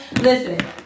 Listen